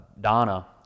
Donna